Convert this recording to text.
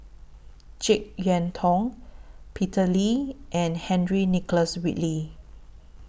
Jek Yeun Thong Peter Lee and Henry Nicholas Ridley